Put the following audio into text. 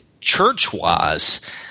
church-wise